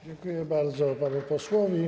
Dziękuję bardzo panu posłowi.